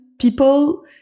people